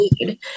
need